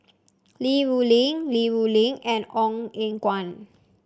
Li Rulin Li Rulin and Ong Eng Guan